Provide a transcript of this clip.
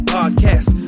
Podcast